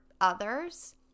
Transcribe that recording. others